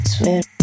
Swear